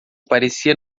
parecia